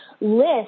list